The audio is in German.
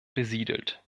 besiedelt